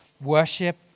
worship